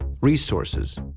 resources